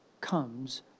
comes